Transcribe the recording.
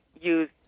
use